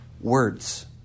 Words